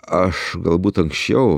aš galbūt anksčiau